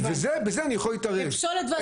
ובזה אני יכול להתערב,